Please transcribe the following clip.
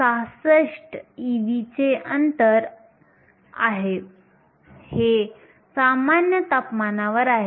66 ev चे अंतर आहे हे सामान्य तापमानावर आहे